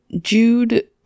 Jude